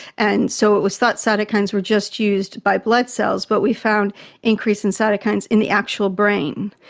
and so it was thought cytokines were just used by blood cells but we found increase in cytokines in the actual brain.